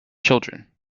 children